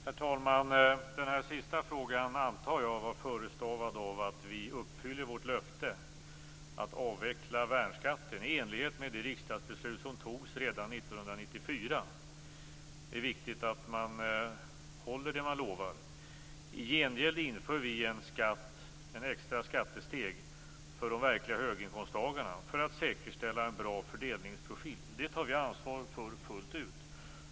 Herr talman! Den sista frågan antar jag var förestavad av att vi, i enlighet med det riksdagsbeslut som fattades redan 1994, uppfyller vårt löfte att avveckla värnskatten. Det är viktigt att man håller det man lovar. I gengäld inför vi ett extra skattesteg för de verkliga höginkomsttagarna för att säkerställa en bra fördelningsprofil. Detta tar vi ansvar för fullt ut.